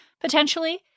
potentially